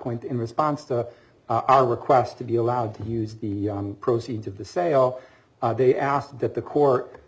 point in response to our request to be allowed to use the proceeds of the sale they asked that the court